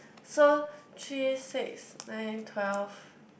so three six nine twelve